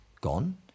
gone